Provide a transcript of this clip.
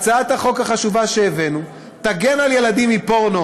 הצעת החוק החשובה שהבאנו תגן על ילדים מפורנו,